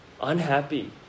Unhappy